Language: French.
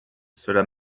cela